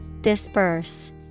Disperse